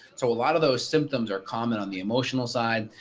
so a lot of those symptoms are common on the emotional side,